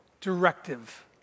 directive